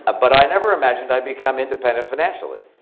ah but i never imagined i'd become independent financially.